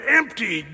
empty